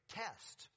test